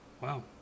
Wow